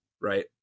right